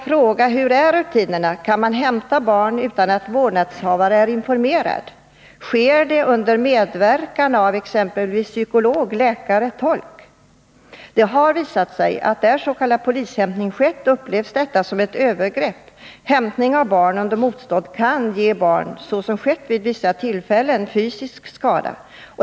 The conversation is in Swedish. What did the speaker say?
FÖRE tagande för sam Det har visat sig att där s.k. polishämtning skett har detta upplevts som ett — jällsvård övergrepp. Hämtning av barn under motstånd kan, såsom skett vid vissa tillfällen, ge barnet fysisk skada.